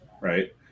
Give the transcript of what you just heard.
right